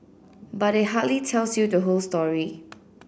but it hardly tells you the whole story